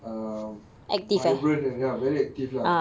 um vibrant and there are very active lah